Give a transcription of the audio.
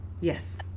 Yes